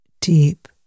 deep